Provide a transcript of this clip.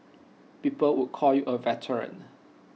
people would call you A veteran